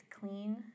clean